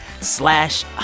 slash